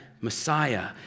Messiah